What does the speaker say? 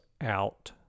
out